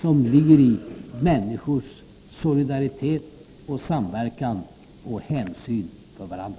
som ligger i människors solidaritet och samverkan och hänsyn till varandra.